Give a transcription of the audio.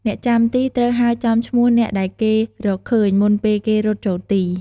អ្នកចាំទីត្រូវហៅចំឈ្មោះអ្នកដែលគេរកឃើញ មុនពេលគេរត់ចូលទី។